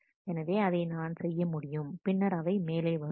எனவே அதை நான் செய்ய முடியும் பின்னர் அவை மேலே வரும்